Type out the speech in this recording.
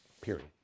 Period